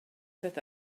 that